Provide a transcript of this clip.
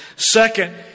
Second